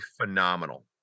phenomenal